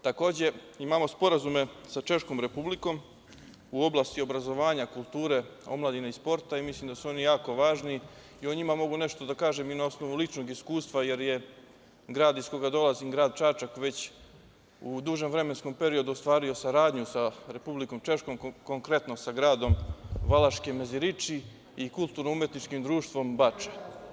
Takođe, imamo sporazume sa Češkom Republikom u oblasti obrazovanja, kulture, omladine i sporta i mislim da su oni jako važno i o njima mogu nešto da kažem i na osnovu ličnog iskustva jer je grad iz koga dolazim, grad Čačak, već u dužem vremenskom periodu ostvario saradnju sa Republikom Češkom, konkretno sa gradom Valaški Meziriči i Kulturno-umetničkim društvom „Bača“